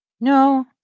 no